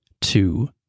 two